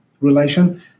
relation